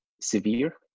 severe